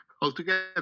altogether